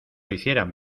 hicieran